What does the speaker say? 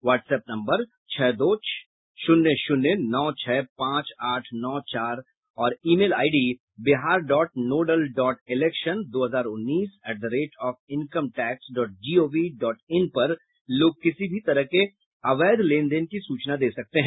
WhatsApp number छह दो शून्य शून्य नौ छह पांच आठ नौ चार और email ID Bihar dot nodal dot election दो हजार उन्नीस at the rate of income tax dot G O V dot in पर लोग किसी भी तरह के अवैध लेन देन की सूचना दे सकते हैं